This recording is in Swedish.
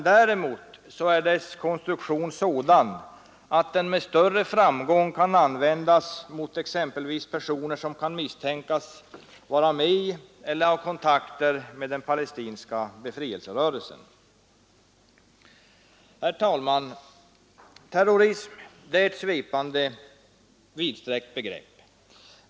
Däremot är lagens konstruktion sådan att den med större framgång kan användas mot exempelvis personer som kan misstänkas vara med i eller ha kontakter med den palestinska befrielserörelsen. Herr talman! Terrorism är ett svepande, vidsträckt begrepp.